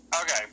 Okay